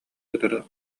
кытары